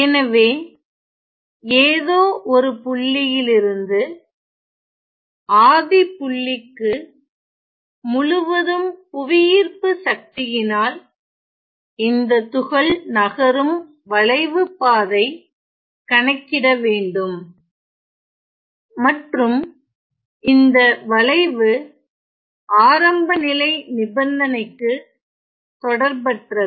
எனவே ஏதோ ஒரு புள்ளியிலிருந்து ஆதிபுள்ளிக்கு முழுவதும் புவியீர்ப்புசக்தியினால் இந்த துகள் நகரும் வளைவுப்பாதை கணக்கிட வேண்டும் மற்றும் இந்த வளைவு ஆரம்பநிலை நிபந்தனைக்கு தொடர்பற்றது